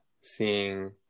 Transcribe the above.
seeing